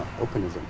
Openism